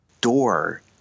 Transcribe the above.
door